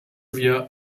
wir